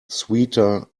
sweeter